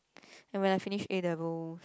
and when I finish A-levels